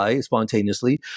Spontaneously